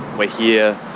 we're here